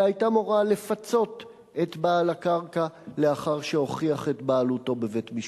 אלא היתה מורה לפצות את בעל הקרקע לאחר שהוכיח את בעלותו בבית-משפט.